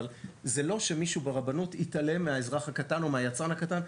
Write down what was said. אבל זה לא שמישהו מהרבנות התעלם מהאזרח הקטן או מהיצרן הקטן,